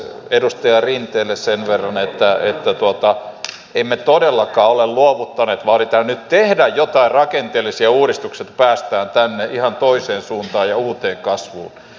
edustaja rinteelle sen verran että emme todellakaan ole luovuttaneet vaan yritämme nyt tehdä joitain rakenteellisia uudistuksia että päästään ihan toiseen suuntaan ja uuteen kasvuun